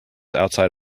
outside